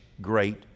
great